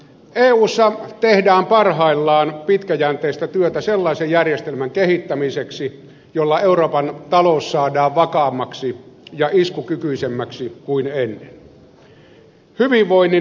eussa tehdään parhaillaan pitkäjänteistä työtä sellaisen järjestelmän kehittämiseksi jolla euroopan talous saadaan vakaammaksi ja iskukykyisemmäksi kuin ennen